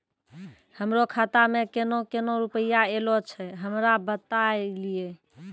हमरो खाता मे केना केना रुपैया ऐलो छै? हमरा बताय लियै?